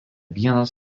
vienas